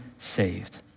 Saved